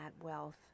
wealth